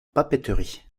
papeterie